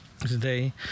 today